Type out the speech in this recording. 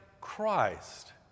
Christ